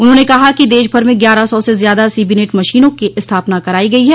उन्होंने कहा कि देशभर में ग्यारह सौ से ज्यादा सीबीनेट मशीनों की स्थापना करायी गई है